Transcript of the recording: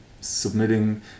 submitting